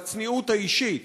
בצניעות, בצניעות האישית,